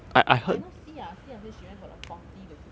I know xi ya xi ya say she went for a forty to fifty one